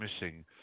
missing